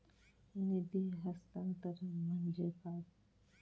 निधी हस्तांतरण म्हणजे काय?